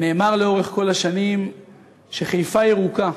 נאמר לאורך כל השנים שחיפה ירוקה,